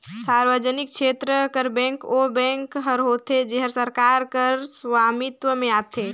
सार्वजनिक छेत्र कर बेंक ओ बेंक हर होथे जेहर सरकार कर सवामित्व में आथे